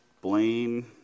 Blaine